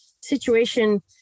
situation